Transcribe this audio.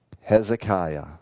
Hezekiah